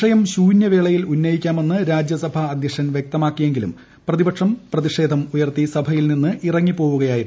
വിഷയം ശൂന്യവേളയിൽ ഉന്നയിക്കാമെന്ന് രാജ്യസഭാ അദ്ധ്യക്ഷൻ വൃക്തമാക്കിയെങ്കിലും പ്രതിപക്ഷം പ്രതിഷേധം ഉയർത്തി സഭയിൽ നിന്ന് ഇറങ്ങിപ്പോവുകയായിരുന്നു